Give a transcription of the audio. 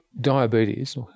Diabetes